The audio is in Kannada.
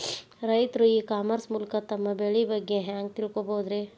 ರೈತರು ಇ ಕಾಮರ್ಸ್ ಮೂಲಕ ತಮ್ಮ ಬೆಳಿ ಬಗ್ಗೆ ಹ್ಯಾಂಗ ತಿಳ್ಕೊಬಹುದ್ರೇ?